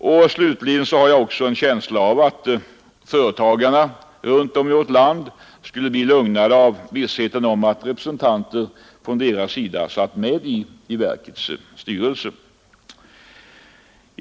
Slutligen har jag en känsla av att företagarna skulle bli lugnade av vissheten om att representanter från deras sida satt med i verkets styrelse.